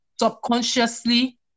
subconsciously